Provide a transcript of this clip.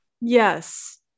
Yes